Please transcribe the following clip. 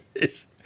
Yes